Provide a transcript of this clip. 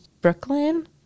Brooklyn